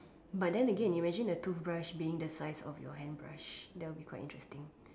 but then again imagine the toothbrush being the size of your hand brush that will be quite interesting